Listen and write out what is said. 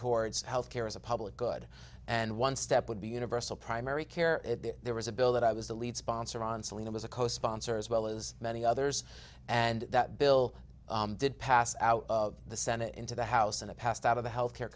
towards health care is a public good and one step would be universal primary care there was a bill that i was the lead sponsor on something that was a co sponsor as well as many others and that bill did pass out of the senate into the house and it passed out of the health care